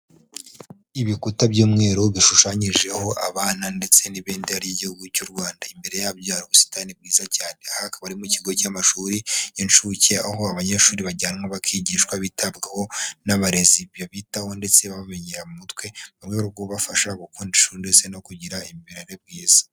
Ibikuta by'umweru bishushanyijeho abana ndetse n'ibendera ry' igihugu cy'u Rwanda, imbere yabyo hari ubusitani bwiza cyane aha akaba ari mu kigo cy'amashuri y'inshuke aho abanyeshuri bajyanwa bakigishwa bitabwaho n'abarezi babitaho ndetse babamenyera mu mutwe mu rwego rwo kubafasha gukunda ishuri ndetse no kugira imirere bwiza.